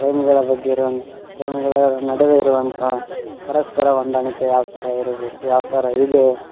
ಪ್ರೇಮಿಗಳ ಬಗ್ಗೆ ಇರುವಂಥ ಪ್ರೇಮಿಗಳ ನಡುವೆ ಇರುವಂಥ ಪರಸ್ಪರ ಹೊಂದಾಣಿಕೆ ಯಾವ ಥರ ಇರಬೇಕು ಯಾವ ಥರ ಇದೆ